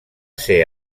ser